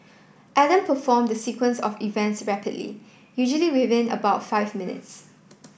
Adam performed the sequence of events rapidly usually within about five minutes